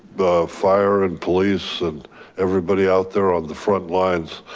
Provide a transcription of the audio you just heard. the fire and police everybody out there on the front lines.